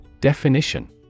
Definition